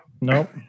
Nope